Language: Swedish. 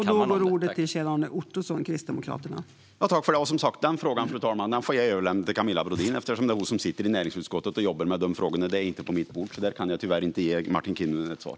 Fru talman! Denna fråga får jag som sagt överlämna till Camilla Brodin eftersom det är hon som sitter i näringsutskottet och jobbar med dessa frågor. De ligger inte på mitt bord, så tyvärr kan jag inte ge Martin Kinnunen ett svar.